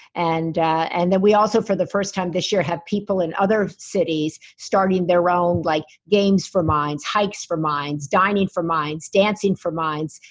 and and then we also for the first time this year have people in other cities starting their own like games for minds, hikes for minds, dining for minds, dancing for minds,